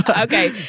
Okay